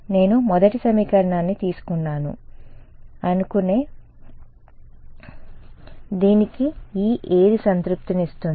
నేను మొదటి సమీకరణాన్ని తీసుకున్నాను అనుకునే హక్కు లేదు దీనికి E ఏది సంతృప్తినిస్తుంది